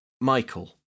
Michael